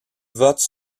votes